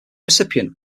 recipient